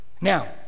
Now